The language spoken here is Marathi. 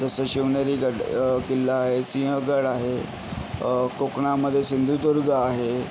जसं शिवनेरी गड किल्ला आहे सिंहगड आहे कोकणामध्ये सिंधुदुर्ग आहे